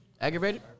Aggravated